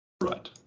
Right